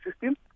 system